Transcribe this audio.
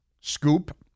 Scoop